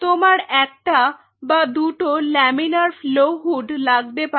তোমার একটা বা দুটো লামিনার ফ্লো হুড লাগতে পারে